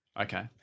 Okay